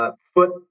foot